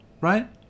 Right